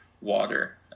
water